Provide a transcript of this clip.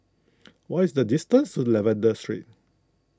what is the distance to Lavender Street